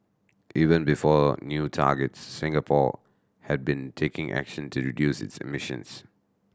even before new targets Singapore had been taking action to reduce its emissions